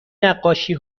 نقاشی